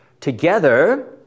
together